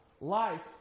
Life